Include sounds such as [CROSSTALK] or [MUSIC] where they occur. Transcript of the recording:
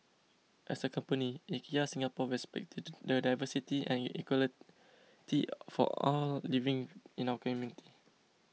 as a company IKEA Singapore respects the [UNINTELLIGIBLE] diversity and equality for all living in our community